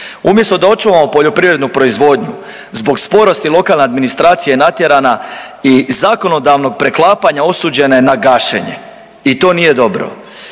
Umjesto da očuvamo poljoprivrednu proizvodnju, zbog sporosti lokalne administracije, natjerana i zakonodavnog preklapanja osuđene na gašenje i to nije dobro.